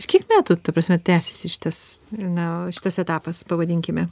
kiek metų ta prasme tęsiasi šitas na šitas etapas pavadinkime